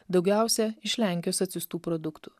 daugiausia iš lenkijos atsiųstų produktų